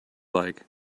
like